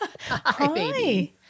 Hi